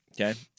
Okay